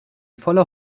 voller